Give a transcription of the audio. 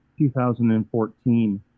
2014